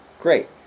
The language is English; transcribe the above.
Great